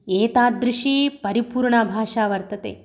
एताद्दृशी परिपूर्णा भााषा वर्तते